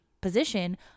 position